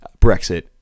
Brexit